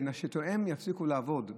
ונשותיהם יפסיקו לעבוד,